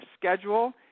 schedule